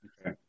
okay